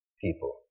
people